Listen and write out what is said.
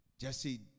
Jesse